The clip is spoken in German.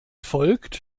folgt